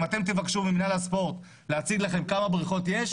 אם אתם תבקשו ממנהל הספורט להציג לכם כמה בריכות יש,